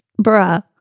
Bruh